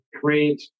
create